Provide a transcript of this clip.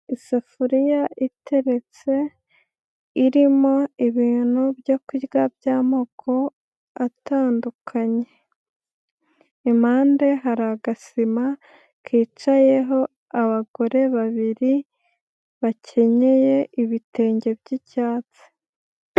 Isafuriya iteretse irimo ibintu byo kurya by'amoko atandukanye, impande hari agasima kicayeho abagore babiri bakenyeye ibitenge by'icyatsi.